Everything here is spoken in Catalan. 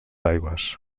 aigües